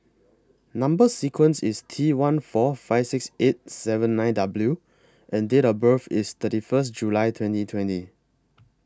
Number sequence IS T one four five six eight seven nine W and Date of birth IS thirty First July twenty twenty